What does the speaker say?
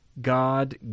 God